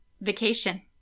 Vacation